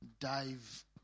dive